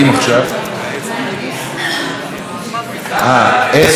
הסתייגות 10, לסעיף 10, גליק, גם מוריד?